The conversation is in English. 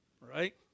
right